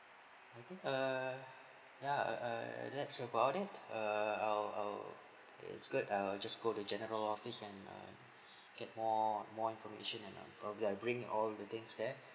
I think err ya uh uh that's about it err I'll I'll it's good I'll just go to general office and uh get more more information and uh probably I bring all the things there